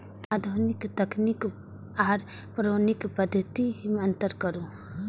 आधुनिक तकनीक आर पौराणिक पद्धति में अंतर करू?